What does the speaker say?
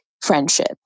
friendship